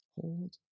hold